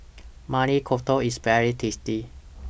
Maili Kofta IS very tasty